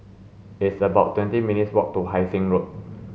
it's about twenty minutes' walk to Hai Sing Road